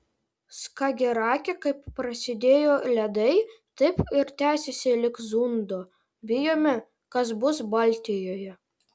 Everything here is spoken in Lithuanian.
skagerake kaip prasidėjo ledai taip ir tęsiasi lig zundo bijome kas bus baltijoje